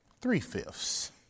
Three-fifths